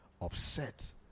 Upset